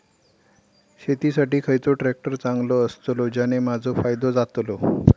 शेती साठी खयचो ट्रॅक्टर चांगलो अस्तलो ज्याने माजो फायदो जातलो?